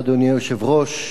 אדוני היושב-ראש,